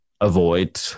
avoid